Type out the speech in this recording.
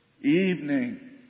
Evening